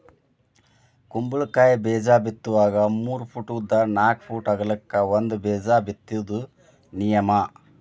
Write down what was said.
ಕುಂಬಳಕಾಯಿ ಬೇಜಾ ಬಿತ್ತುವಾಗ ಮೂರ ಪೂಟ್ ಉದ್ದ ನಾಕ್ ಪೂಟ್ ಅಗಲಕ್ಕ ಒಂದ ಬೇಜಾ ಬಿತ್ತುದ ನಿಯಮ